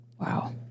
Wow